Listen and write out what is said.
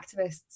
activists